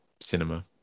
cinema